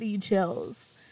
chills